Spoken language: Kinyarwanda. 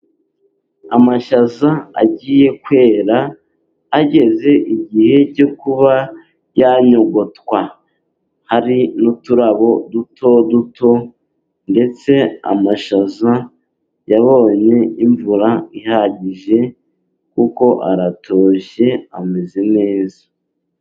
Amashaza agiye kwera ageze igihe cyo kuba yanyogotwa, hari n' uturabo duto duto, ndetse amashaza yabonye imvura ihagije, kuko aratoshe ameze neza.